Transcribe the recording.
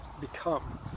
become